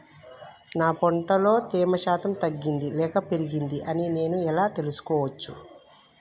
నా పంట లో తేమ శాతం తగ్గింది లేక పెరిగింది అని నేను ఎలా తెలుసుకోవచ్చు?